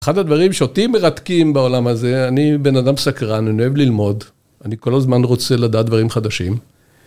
אחד הדברים שאותי מרתקים בעולם הזה, אני בן אדם סקרן, אני אוהב ללמוד, אני כל הזמן רוצה לדעת דברים חדשים.